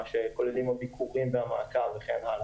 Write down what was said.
מה שכוללים הביקורים והמעקב וכן הלאה.